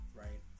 right